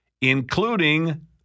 including